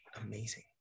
amazing